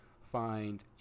find